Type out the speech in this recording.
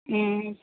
മ്മ്